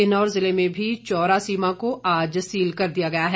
किन्नौर ज़िले में भी चौरा सीमा को आज सील कर दिया गया है